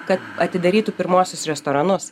kad atidarytų pirmuosius restoranus